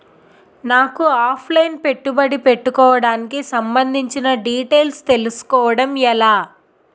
నాకు offline పెట్టుబడి పెట్టడానికి సంబందించిన డీటైల్స్ తెలుసుకోవడం ఎలా?